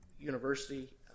university